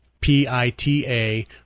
P-I-T-A